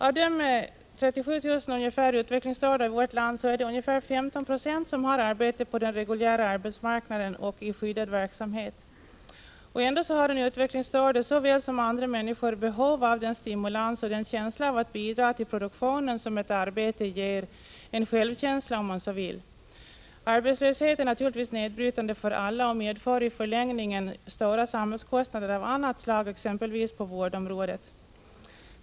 Av de ca 37 000 utvecklingsstörda i vårt land är det endast 15 96 som har arbete på den reguljära arbetsmarknaden eller i skyddad verksamhet. Ändå har de utvecklingsstörda lika väl som andra människor behov av den stimulans och den känsla av att bidra till produktionen som ett arbete ger—en självkänsla, om man så vill. Arbetslöshet är naturligtvis nedbrytande för alla och medför i förlängningen stora samhällskostnader av annat slag, exempelvis på vårdområdet.